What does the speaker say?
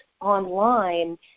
online